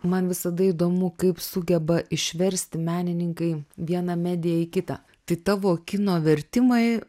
man visada įdomu kaip sugeba išversti menininkai vieną mediją į kitą tai tavo kino vertimai